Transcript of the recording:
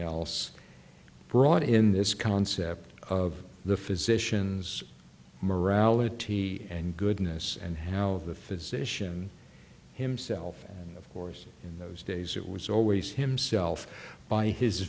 else brought in this concept of the physicians morality and goodness and how the physician himself and of course in those days it was always himself by his